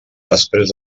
després